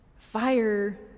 fire